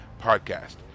podcast